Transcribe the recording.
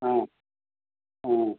ஆ ஆ